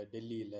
Delhi